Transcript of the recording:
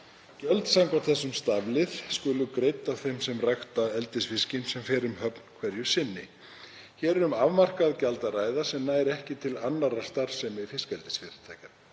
Gjöld samkvæmt þessum staflið skulu greidd af þeim sem rækta eldisfiskinn sem fer um höfn hverju sinni. Hér er um afmarkað gjald að ræða sem nær ekki til annarrar starfsemi fiskeldisfyrirtækjanna.